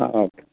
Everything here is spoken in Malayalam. ആ ഓക്കെ